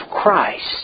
Christ